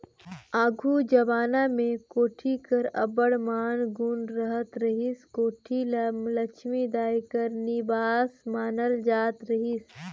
आघु जबाना मे कोठी कर अब्बड़ मान गुन रहत रहिस, कोठी ल लछमी दाई कर निबास मानल जात रहिस